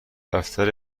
دفتر